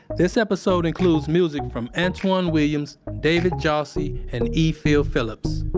this episode includes music from antwan wiliams, david jassy, and e. phil phillips.